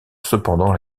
cependant